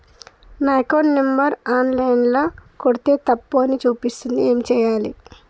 నా account number online ల కొడ్తే తప్పు అని చూపిస్తాంది ఏం చేయాలి?